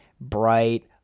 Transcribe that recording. bright